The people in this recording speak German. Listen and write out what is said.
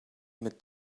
mit